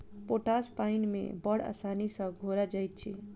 potash पाइन मे बड़ आसानी सॅ घोरा जाइत अछि